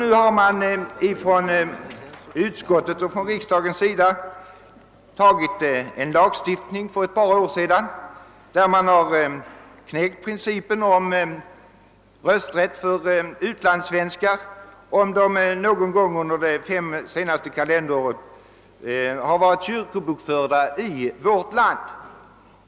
Utskottet tillstyrkte och riksdagen beslutade för ett par år sedan om en ny lag, där man knäckte principen om rösträtt för utlandssvenskar som någon gång under de fem senaste kalenderåren varit kyrkobokförda i vårt land.